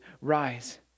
rise